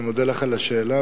אני מודה לך על השאלה,